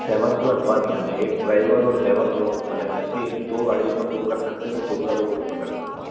seven plus one यानी एक driver और सेवेन लोग मने ऐसी दो गाड़ी अपन लोग कर सकते हैं तो चौदह लोग उसमें बैठ सकते हैं